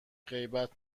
غیبت